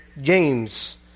James